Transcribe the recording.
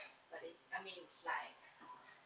but this I mean it's life